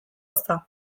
ozta